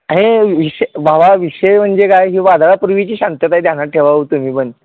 हे विषय भावा विषय म्हणजे काय ही वादळापूर्वीची शांतता आहे ध्यानात ठेवावं तुम्ही बन